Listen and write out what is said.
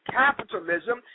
capitalism